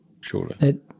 surely